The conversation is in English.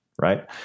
right